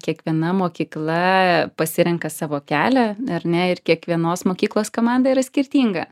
kiekviena mokykla pasirenka savo kelią ar ne ir kiekvienos mokyklos komanda yra skirtinga